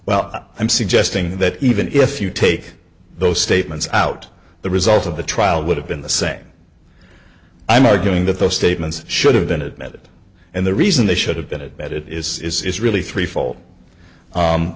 well i'm suggesting that even if you take those statements out the result of the trial would have been the same i'm arguing that those statements should have been admitted and the reason they should have been it that it is is really three f